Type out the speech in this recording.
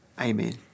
Amen